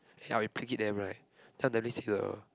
ya them right then I'll definitely see the